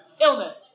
illness